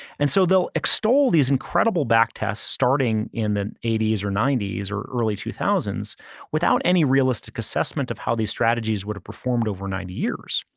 and so, they'll extol these incredible back test starting in the eighty s or ninety s or early two thousand without any realistic assessment of how these strategies would have performed over ninety years.